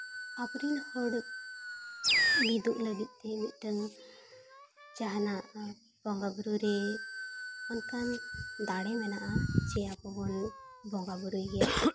ᱟᱵᱚᱨᱮᱱ ᱦᱚᱲ ᱢᱤᱫᱚᱜ ᱞᱟᱹᱜᱤᱫ ᱛᱮ ᱢᱤᱫᱴᱮᱱ ᱡᱟᱦᱟᱱᱟᱜ ᱵᱚᱸᱜᱟ ᱵᱩᱨᱩ ᱨᱮ ᱚᱱᱠᱟᱱ ᱫᱟᱨᱮ ᱢᱮᱱᱟᱜᱼᱟ ᱡᱮ ᱟᱵᱚ ᱵᱚᱱ ᱵᱚᱸᱜᱟ ᱵᱩᱨᱩᱭ ᱜᱮᱭᱟ